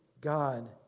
God